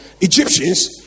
egyptians